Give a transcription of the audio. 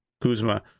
Kuzma